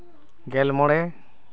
ᱜᱮᱞ ᱢᱚᱬᱮ